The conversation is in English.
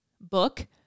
book